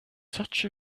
such